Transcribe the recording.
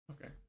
Okay